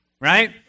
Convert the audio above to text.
right